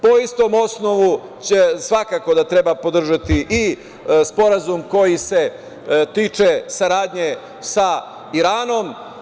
Po istom osnovu, svakako da treba podržati i sporazum koji se tiče saradnje sa Iranom.